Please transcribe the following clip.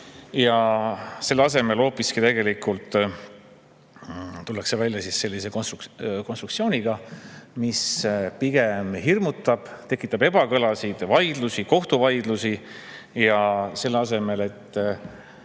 Selle asemel hoopiski tullakse välja sellise konstruktsiooniga, mis pigem hirmutab, tekitab ebakõlasid, vaidlusi, ka kohtuvaidlusi. Ja selle asemel et